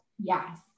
yes